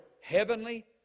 heavenly